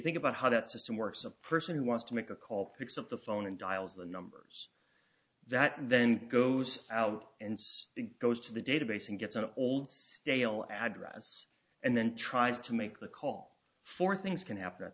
think about how that system works a person who wants to make a call picks up the phone and dials the numbers that then goes out and goes to the database and gets an old stale address and then tries to make the call for things can happen at